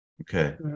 Okay